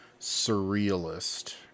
surrealist